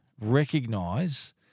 recognize